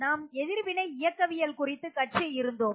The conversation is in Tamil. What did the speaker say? நாம் எதிர் வினை இயக்கவியல் குறித்து கற்று இருந்தோம்